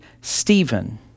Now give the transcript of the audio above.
Stephen